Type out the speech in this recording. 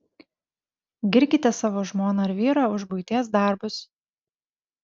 girkite savo žmoną ar vyrą už buities darbus